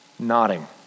nodding